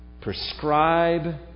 Prescribe